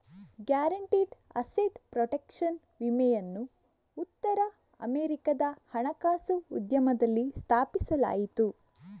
guaranteed asset protection ವಿಮೆಯನ್ನು ಉತ್ತರ ಅಮೆರಿಕಾದ ಹಣಕಾಸು ಉದ್ಯಮದಲ್ಲಿ ಸ್ಥಾಪಿಸಲಾಯಿತು